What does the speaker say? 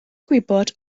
gwybod